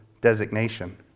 designation